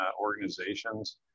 organizations